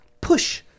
push